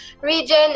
region